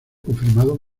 confirmados